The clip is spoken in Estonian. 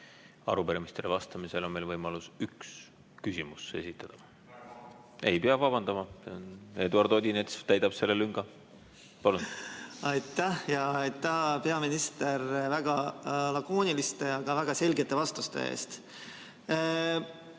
Arupärimistele vastamisel on meil võimalus üks küsimus esitada. Ei pea vabandama, Eduard Odinets täidab selle lünga. Aitäh! Ja aitäh, peaminister, väga lakooniliste, aga väga selgete vastuste eest!